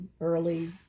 early